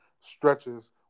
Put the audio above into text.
stretches